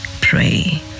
pray